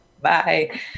Bye